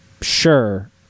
sure